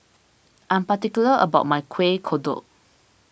I am particular about my Kueh Kodok